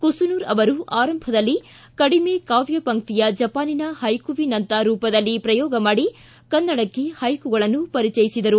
ಕುಸನೂರ ಅವರು ಆರಂಭದಲ್ಲಿ ಕಡಿಮೆ ಕಾವ್ಯ ಪಂಕ್ತಿಯ ಜಪಾನಿನ ಹೈಕುವಿನಂಥ ರೂಪದಲ್ಲಿ ಪ್ರಯೋಗ ಮಾಡಿ ಕನ್ನಡಕ್ಕೆ ಹೈಕುಗಳನ್ನು ಪರಿಚಯಿಸಿದರು